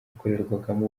yakorerwagamo